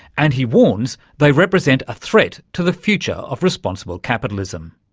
and he warns they represent a threat to the future of responsible capitalism.